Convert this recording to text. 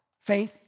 faith